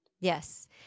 Yes